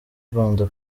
rwanda